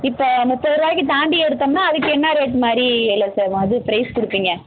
இப்போ முப்பதுரூபாய்க்கு தாண்டி எடுத்தோம்னால் அதுக்கு என்ன ரேட் மாதிரி இல்லை இது ப்ரைஸ் கொடுப்பீங்க